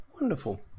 Wonderful